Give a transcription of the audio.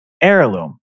Heirloom